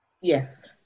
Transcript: Yes